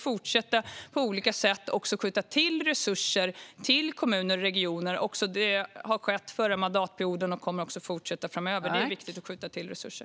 Vi sköt till resurser till kommuner och regioner under förra mandatperioden och kommer också att skjuta till resurser framöver. Det är viktigt att skjuta till resurser.